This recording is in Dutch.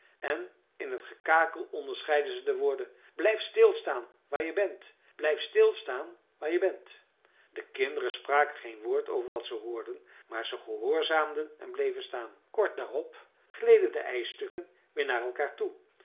en in t gekakel onderscheidden ze de woorden blijf stil staan waar je bent blijf stil staan waar je bent de kinderen spraken geen woord over wat ze hoorden maar ze gehoorzaamden en bleven staan kort daarop gleden de ijsstukken weer naar elkaar toe